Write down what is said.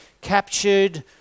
captured